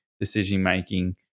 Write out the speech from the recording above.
decision-making